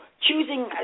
choosing